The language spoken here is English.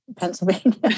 Pennsylvania